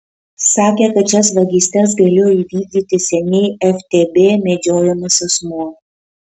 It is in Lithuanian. sakė kad šias vagystes galėjo įvykdyti seniai ftb medžiojamas asmuo